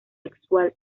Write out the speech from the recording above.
sexual